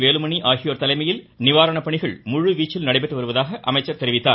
வேலுமணி ஆகியோர் தலைமையில் நிவாரண பணிகள் முழுவீச்சில் நடைபெற்று வருவதாக தெரிவித்தார்